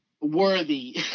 worthy